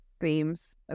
themes